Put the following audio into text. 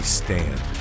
stand